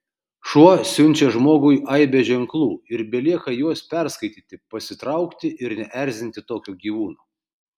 šuo siunčia žmogui aibę ženklų ir belieka juos perskaityti pasitraukti ir neerzinti tokio gyvūno